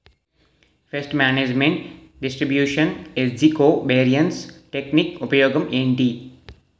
paste management distribution ఏజ్జి covariance technique ఉపయోగం ఏంటి